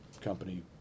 company